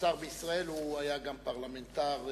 ששר בישראל היה גם פרלמנטר,